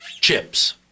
chips